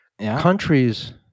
countries